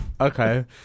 Okay